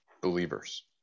believers